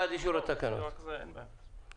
מרגע שזה עבר אחרי חצות ניסינו לחשוב על הפתרון הכי